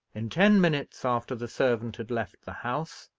in ten minutes after the servant had left the house,